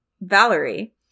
Valerie